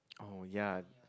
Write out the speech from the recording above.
oh ya